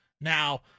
now